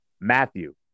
Matthew